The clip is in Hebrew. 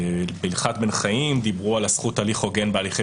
בהלכת בן חיים דיברו על הזכות להליך הוגן בהליכי